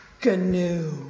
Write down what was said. canoe